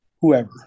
whoever